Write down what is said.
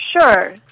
Sure